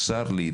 צר לי,